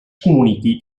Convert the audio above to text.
comuniqui